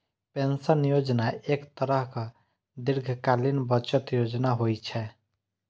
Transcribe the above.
pension योजना एक तरहक दीर्घकालीन बचत योजना होइ छै